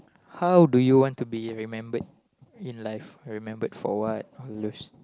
how do you want to be remembered in life remembered for what all those